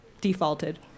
defaulted